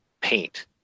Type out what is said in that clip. paint